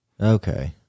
Okay